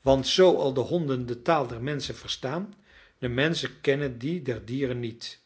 want zoo al de honden de taal der menschen verstaan de menschen kennen die der dieren niet